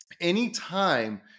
Anytime